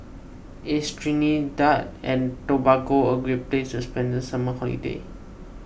is Trinidad and Tobago a great place to spend the summer holiday